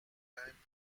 time